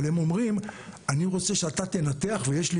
אבל הם אומרים אני רוצה שאתה תנתח ויש לי